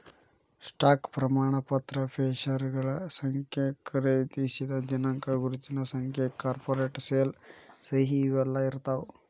stock ಪ್ರಮಾಣ ಪತ್ರ ಷೇರಗಳ ಸಂಖ್ಯೆ ಖರೇದಿಸಿದ ದಿನಾಂಕ ಗುರುತಿನ ಸಂಖ್ಯೆ ಕಾರ್ಪೊರೇಟ್ ಸೇಲ್ ಸಹಿ ಇವೆಲ್ಲಾ ಇರ್ತಾವ